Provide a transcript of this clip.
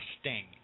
sting